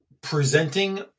presenting